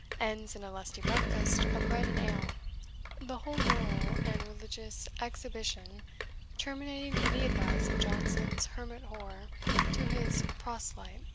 ends in a lusty breakfast of bread and ale the whole moral and religious exhibition terminating in the advice of johnson's hermit hoar to his proselyte,